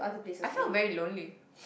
I feel very lonely